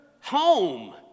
home